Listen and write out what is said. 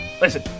Listen